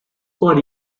for